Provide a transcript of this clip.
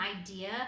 idea